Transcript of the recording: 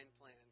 plan